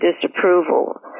disapproval